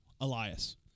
Elias